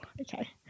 Okay